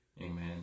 amen